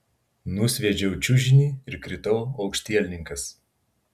nusviedžiau čiužinį ir kritau aukštielninkas